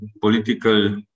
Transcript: political